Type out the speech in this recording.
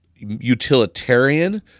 utilitarian